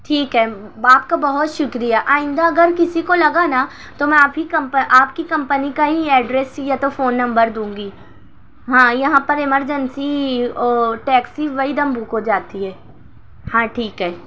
ٹھیک ہے آپ کا بہت شکریہ آئندہ اگر کسی کو لگا نا تو میں آپ ہی کی آپ کی کمپنی کا ہی ایڈریس یا تو فون نمبر دوں گی ہاں یہاں پر ایمرجنسی ٹیکسی وہ ایک دم بک ہو جاتی ہے ہاں ٹھیک ہے